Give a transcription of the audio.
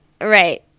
right